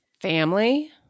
Family